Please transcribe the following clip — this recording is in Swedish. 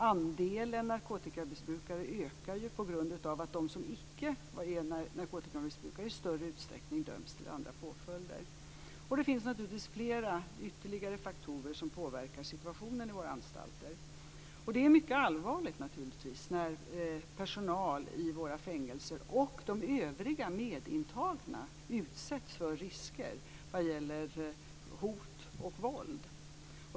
Andelen narkotikamissbrukare ökar på grund av att de i större utsträckning icke döms till andra påföljder. Det finns naturligtvis flera ytterligare faktorer som påverkar situationen i våra anstalter. Det är mycket allvarligt när personal i våra fängelser och medintagna utsätts för risker vad gäller hot och våld.